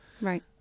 Right